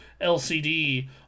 LCD